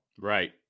right